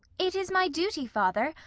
it is my duty, father,